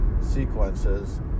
sequences